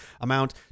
amount